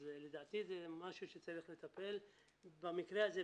אז לדעתי זה משהו שצריך לטפל במקרה הזה,